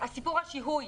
סיפור השיהוי,